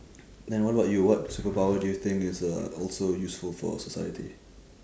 then what about you what superpower do you think is uh also useful for society